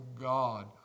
God